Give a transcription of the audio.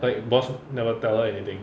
like boss never tell her anything